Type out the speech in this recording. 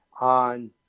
on